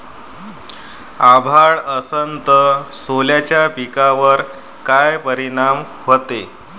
अभाळ असन तं सोल्याच्या पिकावर काय परिनाम व्हते?